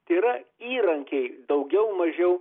tėra įrankiai daugiau mažiau